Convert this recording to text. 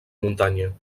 muntanya